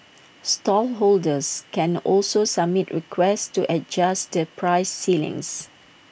stallholders can also submit requests to adjust the price ceilings